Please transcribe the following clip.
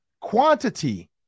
quantity